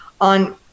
on